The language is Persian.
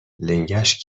لنگش